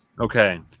Okay